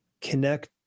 connect